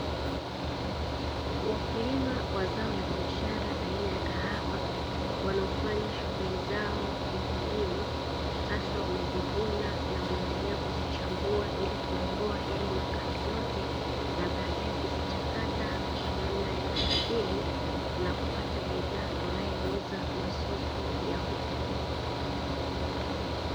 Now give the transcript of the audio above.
Wakulima wa zao la biashara aina ya kahawa wanaofanya shughuli zao vijijini sasa wamezivuna na wanaendelea kuzichambua, ili kuondoa yale makapi yote na baadaye kuzichakata kwa namna ya kiasili na kupata bidhaa wanayouza masoko ya hukohuko.